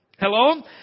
Hello